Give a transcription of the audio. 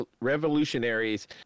revolutionaries